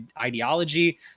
ideology